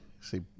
see